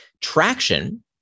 Traction